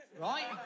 right